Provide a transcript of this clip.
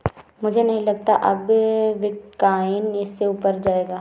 मुझे नहीं लगता अब बिटकॉइन इससे ऊपर जायेगा